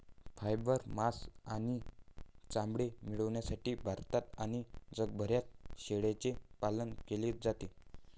fibre, मांस आणि चामडे मिळविण्यासाठी भारतात आणि जगभरात शेळ्यांचे पालन केले जाते